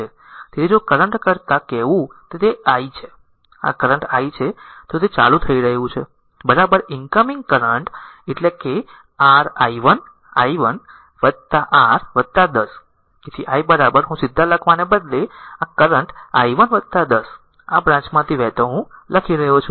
તેથી જો આ કરંટ કરતાં કહેવું કે તે i છે આ કરંટ i છે તો તે i ચાલુ થઈ રહ્યું છે ઇનકમિંગ કરંટ એટલે કે r i 1 i 1 r 10 તેથી i હું સીધા લખવાને બદલે આ કરંટ i 1 10 આ બ્રાંચમાંથી વહેતો લખી રહ્યો છું